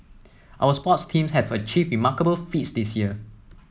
our sports teams have achieved remarkable feats this year